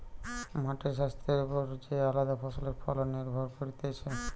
মাটির স্বাস্থ্যের ওপর যে আলদা ফসলের ফলন নির্ভর করতিছে